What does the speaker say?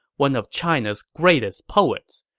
one of china's greatest poets.